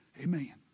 Amen